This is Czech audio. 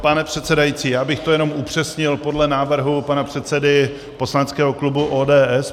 Pane předsedající, já bych to jenom upřesnil podle návrhu pana předsedy poslaneckého klubu ODS.